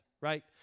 right